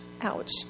ouch